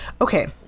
okay